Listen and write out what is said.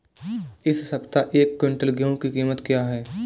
इस सप्ताह एक क्विंटल गेहूँ की कीमत क्या है?